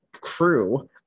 crew